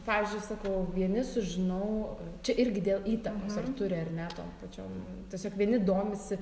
pavyzdžiui sakau vieni sužinau čia irgi dėl įtakos ar turi ar ne tom pačiom tiesiog vieni domisi